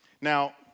Now